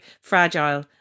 fragile